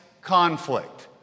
conflict